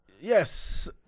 Yes